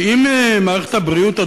ואם מערכת הבריאות,